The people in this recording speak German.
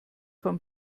von